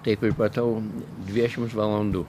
taip įpratau dvidešims valandų